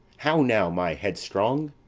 how now, my headstrong?